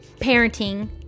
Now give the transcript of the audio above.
parenting